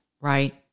Right